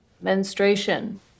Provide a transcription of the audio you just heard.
Menstruation